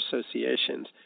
associations